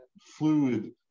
fluid